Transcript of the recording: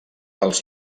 dels